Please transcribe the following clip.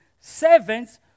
servants